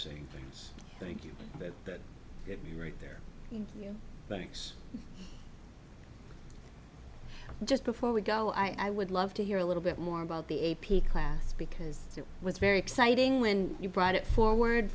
seeing things thank you that that get me right there and you thanks just before we go i would love to hear a little bit more about the a p class because it was very exciting when you brought it forward